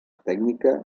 tècnica